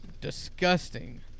disgusting